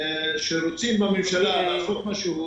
כשרוצים בממשלה לעשות משהו,